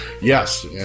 Yes